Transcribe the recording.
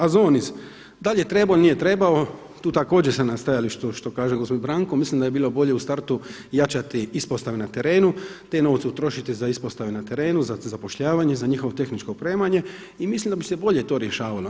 AZONIZ da li je trebao, nije trebao, tu također sam na stajalištu što kaže gospodin Branko, mislim da bi bilo bolje u startu jačati ispostave na terenu, te novce utrošiti za ispostave na terenu, za zapošljavanje za njihovo tehničko opremanje i mislim da bi se to bolje rješavalo.